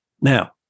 now